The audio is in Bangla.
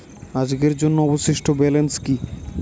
আজকের জন্য অবশিষ্ট ব্যালেন্স কি?